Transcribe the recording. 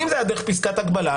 אם זה היה דרך פסקת הגבלה,